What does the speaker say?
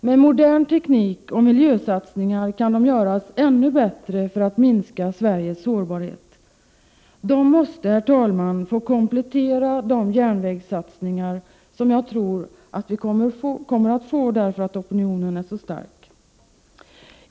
Med modern teknik och miljösatsningar kan de göras ännu bättre för att minska Sveriges sårbarhet. De måste, herr talman, få komplettera de järnvägssatsningar som jag tror kommer på grund av att opinionen är så stark.